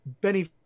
Benny